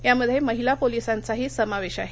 यामध्ये महिला पोलिसांचाही समावेश आहे